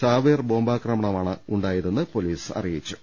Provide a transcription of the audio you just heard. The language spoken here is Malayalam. ചാവേർ ബോംബാക്രമണമാണ് ഉണ്ടായതെന്ന് പൊലീസ് അറിയിച്ചു